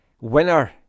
winner